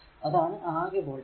അതാണ് ആകെ വോൾടേജ്